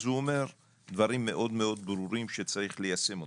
והוא אומר דברים מאוד ברורים שצריך ליישם אותם.